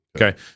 Okay